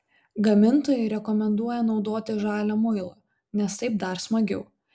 gamintojai rekomenduoja naudoti žalią muilą nes taip dar smagiau